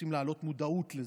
ורוצים להעלות מודעות לזה,